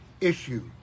issue